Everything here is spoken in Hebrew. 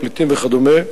הפליטים וכדומה,